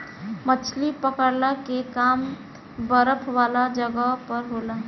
मछली पकड़ला के काम बरफ वाला जगह पर होला